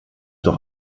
doch